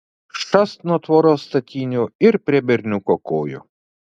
šast nuo tvoros statinių ir prie berniuko kojų